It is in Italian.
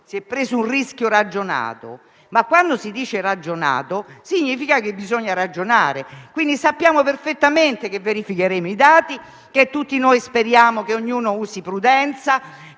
si è assunto un rischio ragionato. Quando si dice "ragionato", significa che bisogna ragionare. Quindi, sappiamo perfettamente che verificheremo i dati. Tutti noi speriamo che ognuno usi prudenza